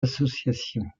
associations